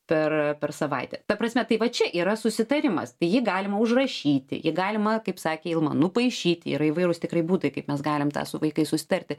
per per savaitę ta prasme tai va čia yra susitarimas tai jį galima užrašyti jį galima kaip sakė ilma nupaišyti yra įvairūs tikrai būdai kaip mes galim tą su vaikais susitarti